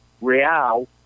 Real